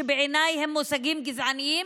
שבעיניי הם מושגים גזעניים,